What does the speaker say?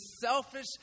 selfish